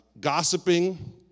gossiping